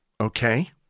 Okay